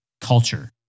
culture